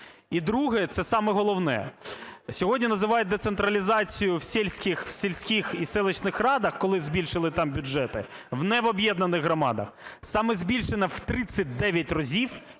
І друге - це саме головне, - сьогодні називають децентралізацію в сільських і селищних радах, коли збільшили там бюджети, не в об'єднаних громадах, саме збільшено в 39 разів